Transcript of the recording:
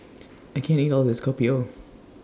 I can't eat All of This Kopi O